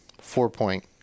four-point